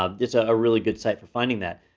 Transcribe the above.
ah this ah a really good site for finding that.